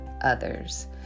others